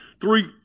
three